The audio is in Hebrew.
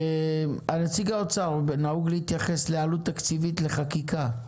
נציג האוצר, נהוג להתייחס לעלות תקציבית לחקיקה.